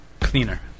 Cleaner